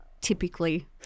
typically